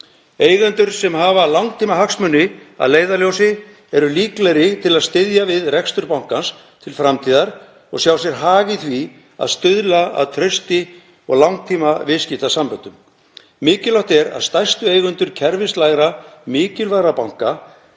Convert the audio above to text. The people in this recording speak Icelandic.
Eigendur sem hafa langtímahagsmuni að leiðarljósi eru líklegri til að styðja við rekstur bankans til framtíðar og sjá sér hag í því að stuðla að varanlegu trausti og langtíma viðskiptasamböndum. Mikilvægt er að stærstu eigendur kerfislega mikilvægra banka